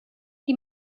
die